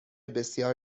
بسیار